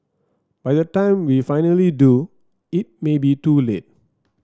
by the time we finally do it may be too late